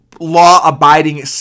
law-abiding